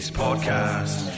podcast